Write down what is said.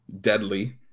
deadly